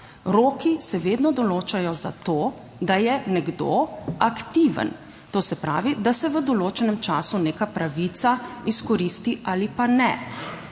roki se vedno določajo za to, da je nekdo aktiven. To se pravi, da se v določenem času neka pravica izkoristi ali pa ne.